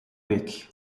week